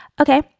Okay